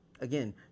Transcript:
again